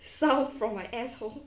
sound from my asshole